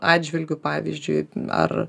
atžvilgiu pavyzdžiui ar